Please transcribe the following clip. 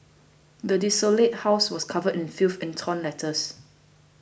the desolated house was covered in filth and torn letters